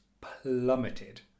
plummeted